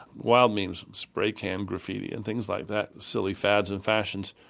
wild memes, spray-can graffiti and things like that silly fads and fashions.